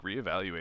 reevaluate